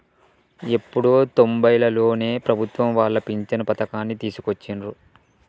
ఎప్పుడో తొంబైలలోనే ప్రభుత్వం వాళ్ళు పించను పథకాన్ని తీసుకొచ్చిండ్రు